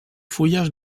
fulles